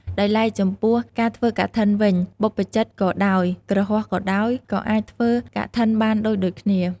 ដោយឡែកចំពោះការធ្វើកឋិនវិញបព្វជិតក៏ដោយ គ្រហស្ថក៏ដោយ ក៏អាចធ្វើកឋិនបានដូចៗគ្នា។